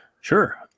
sure